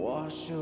Wash